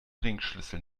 ringschlüssel